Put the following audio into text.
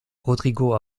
rodrigo